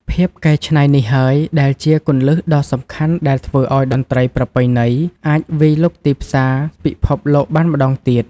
ភាពកែច្នៃនេះហើយ ដែលជាគន្លឹះដ៏សំខាន់ដែលធ្វើឱ្យតន្ត្រីប្រពៃណីអាចវាយលុកទីផ្សារពិភពលោកបានម្តងទៀត។